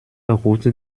route